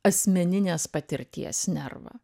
asmenines patirties nervą